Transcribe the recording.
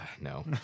No